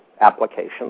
applications